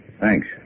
Thanks